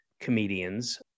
comedians